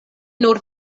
nur